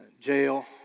jail